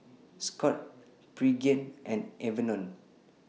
Scott's Pregain and Enervon